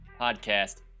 podcast